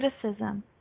criticism